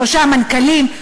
שלושה מנכ"לים,